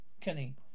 Kenny